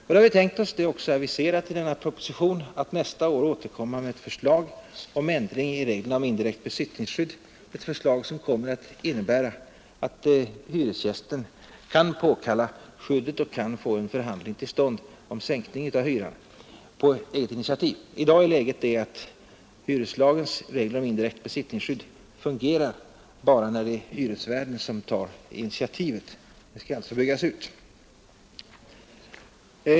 Vi har därför i propositionen aviserat att vi nästa år återkommer med förslag om ändring i reglerna om indirekt besittningsskydd, ett förslag som kommer att innebära att hyresgästen på eget initiativ kan påkalla skyddet och få till stånd en förhandling om sänkning av hyran. I dag är läget det att hyreslagens regler om indirekt besittningsskydd bara fungerar när hyresvärden tar initiativet. Det skyddet skall alltså byggas ut.